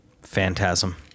Phantasm